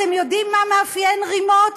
אתם יודעים מה מאפיין רימות?